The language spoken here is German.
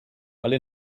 alle